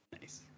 Nice